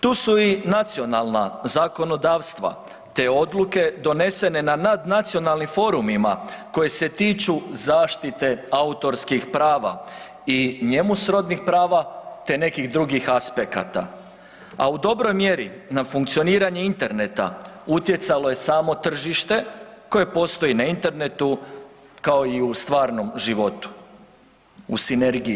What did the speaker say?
Tu su i nacionalna zakonodavstva te odluke donesene na nadnacionalnim forumima koji se tiču zaštite autorskih prava i njemu srodnih prava te nekih drugih aspekata, a u dobroj mjeri na funkcioniranje interneta utjecalo je samo tržište koje postoji na internetu, kao i u stvarnom životu, u sinergiji.